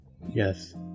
YES